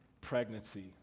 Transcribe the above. pregnancy